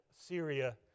Syria